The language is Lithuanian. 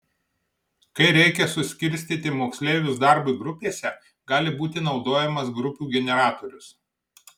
kai reikia suskirstyti moksleivius darbui grupėse gali būti naudojamas grupių generatorius